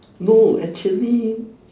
no actually